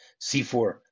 C4